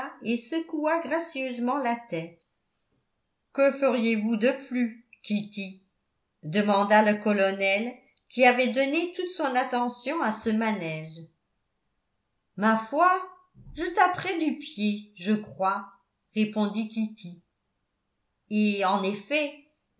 et secoua gracieusement la tête que feriez-vous de plus kitty demanda le colonel qui avait donné toute son attention à ce manège ma foi je taperais du pied je crois répondit kitty et en effet